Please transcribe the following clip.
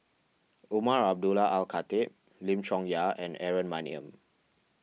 Umar Abdullah Al Khatib Lim Chong Yah and Aaron Maniam